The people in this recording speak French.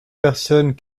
personnes